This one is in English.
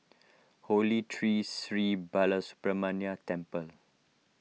Holy Tree Sri Balasubramaniar Temple